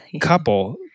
couple